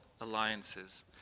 alliances